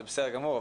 זה בסדר גמור,